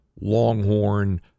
Longhorn